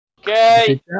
okay